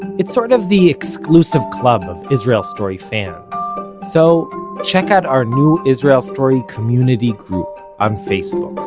it's sort of the exclusive club of israel story fans so check out our new israel story community group on facebook!